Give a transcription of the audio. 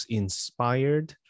inspired